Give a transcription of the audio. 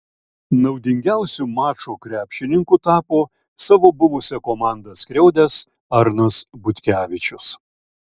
naudingiausiu mačo krepšininku tapo savo buvusią komandą skriaudęs arnas butkevičius